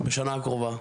בשנה הקרובה.